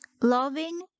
loving